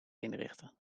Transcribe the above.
inrichten